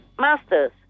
Masters